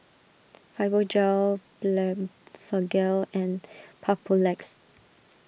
Fibogel Blephagel and Papulex